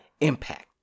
impact